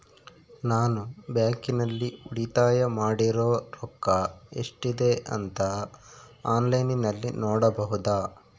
ನಾನು ಬ್ಯಾಂಕಿನಲ್ಲಿ ಉಳಿತಾಯ ಮಾಡಿರೋ ರೊಕ್ಕ ಎಷ್ಟಿದೆ ಅಂತಾ ಆನ್ಲೈನಿನಲ್ಲಿ ನೋಡಬಹುದಾ?